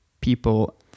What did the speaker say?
people